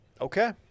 Okay